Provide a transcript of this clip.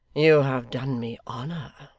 you have done me honour,